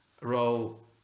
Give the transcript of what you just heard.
row